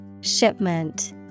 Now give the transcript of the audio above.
Shipment